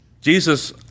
Jesus